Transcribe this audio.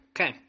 Okay